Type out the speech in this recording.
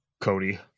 cody